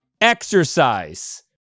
exercise